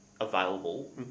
available